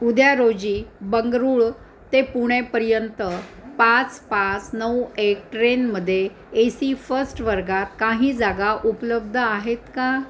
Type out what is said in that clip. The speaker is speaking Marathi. उद्या रोजी बंगळुरू ते पुणेपर्यंत पाच पास नऊ एक ट्रेनमध्ये ए सी फस्ट वर्गात काही जागा उपलब्ध आहेत का